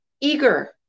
eager